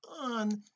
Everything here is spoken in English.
on